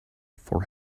for